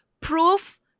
proof